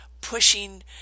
pushing